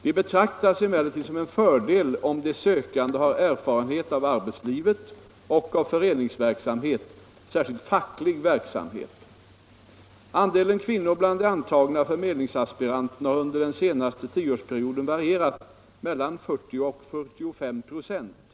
Det betraktas emellertid som en fördel om den sökande har erfarenhet av arbetslivet och av föreningsverksamhet, särskilt facklig verksamhet. Andelen kvinnor bland de antagna förmedlingsaspiranterna har under den senaste tioårsperioden varierat mellan 40 och 45 926.